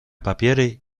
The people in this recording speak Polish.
papiery